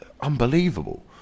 unbelievable